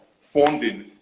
funding